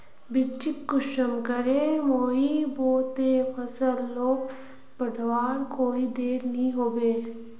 बिच्चिक कुंसम करे बोई बो ते फसल लोक बढ़वार कोई देर नी होबे?